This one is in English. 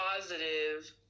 positive